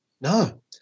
No